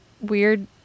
weird